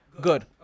Good